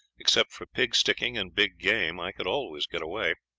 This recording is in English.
except for pig sticking and big game, i could always get away.